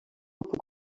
puc